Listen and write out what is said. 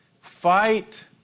Fight